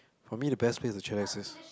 for me the best place to chillax is